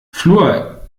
fluor